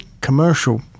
commercial